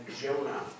Jonah